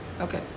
Okay